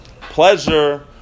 pleasure